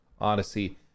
Odyssey